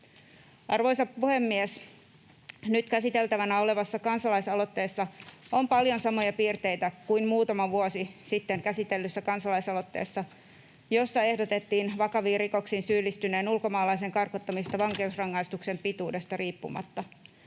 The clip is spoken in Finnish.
Arvoisa puhemies! Nyt käsiteltävänä olevassa kansalaisaloitteessa on paljon samoja piirteitä kuin muutama vuosi sitten käsitellyssä kansalaisaloitteessa, jossa ehdotettiin vakaviin rikoksiin syyllistyneen ulkomaalaisen karkottamista vankeusrangaistuksen pituudesta riippumatta.